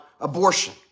abortion